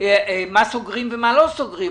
מה סוגרים ומה לא סוגרים.